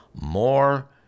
More